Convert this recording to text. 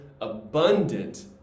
abundant